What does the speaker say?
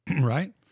right